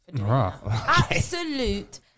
Absolute